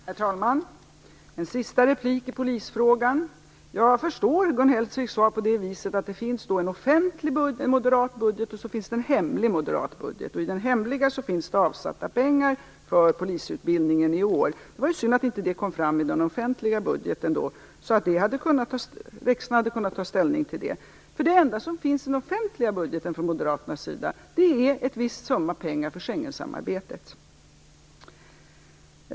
Herr talman! Jag skall göra ett sista inlägg i polisfrågan. Jag förstår Gun Hellsviks svar på det viset att det finns en offentlig moderat budget och en hemlig moderat budget. I den hemliga budgeten finns det avsatta pengar för polisutbildningen i år. Det var synd att det inte kom fram i den offentliga budgeten så att riksdagen hade kunnat ta ställning till det. Det enda som finns i den offentliga budgeten från Moderaternas sida är en viss summa pengar för Schengensamarbetet.